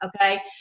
Okay